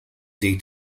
day